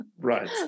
Right